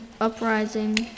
uprising